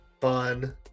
fun